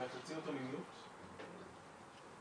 אני מודה לכם שהתכנסתם לדון בנושא הזה.